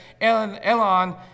Elon